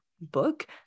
book